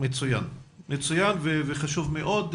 מצוין וחשוב מאוד.